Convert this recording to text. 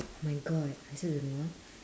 my god I also don't know uh